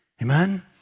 Amen